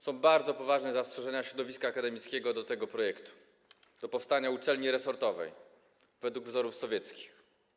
Są bardzo poważne zastrzeżenia środowiska akademickiego do tego projektu, do powstania uczelni resortowej według wzorów sowieckich.